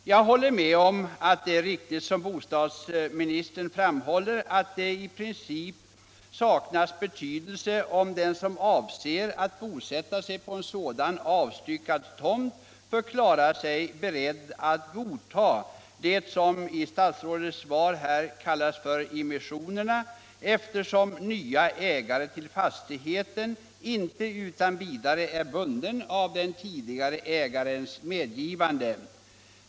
Jag håller med om att det är riktigt, som bostadsministern framhåller, att det i princip saknar betydelse om den som avser att bosätta sig på en sådan avstyckad tomt förklarar sig beredd att godta det som i statsrådets svar kallas för immissioner — eftersom en ny ägare till fastigheten inte utan vidare är bunden av den tidigare ägarens medgivanden.